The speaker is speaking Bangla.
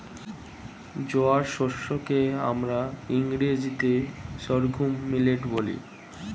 জোয়ার শস্য কে আমরা ইংরেজিতে সর্ঘুম মিলেট বলি